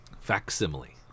Facsimile